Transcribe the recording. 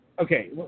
okay